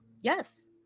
Yes